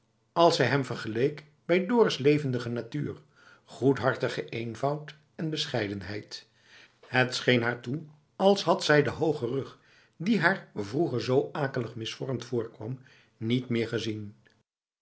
als zij hem vergeleek bij dorus levendige natuur goedhartigen eenvoud en bescheidenheid het scheen haar toe als had zij den hoogen rug die haar vroeger zoo akelig misvormd voorkwam niet meer gezien